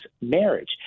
marriage